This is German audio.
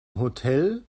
hotel